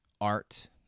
art